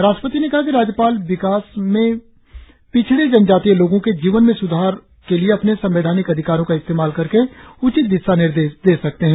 राष्ट्रपति ने कहा कि राज्यपाल विकास में पिछड़े जनजातीय लोगों के जीवन में सुधार के लिए अपने संवैधानिक अधिकारों का इस्तेमाल करके उचित दिशा निर्देश दे सकते हैं